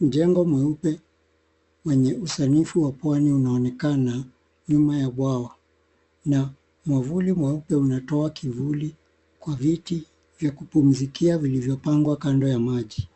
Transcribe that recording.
Jengo mweupe mwenye usanifu wa Pwani unaonekana nyuma ya bwawa na mwavuli mwepe unatoa kivuli kwa viti vya kupumzikia vilivyopangwa kando ya maji.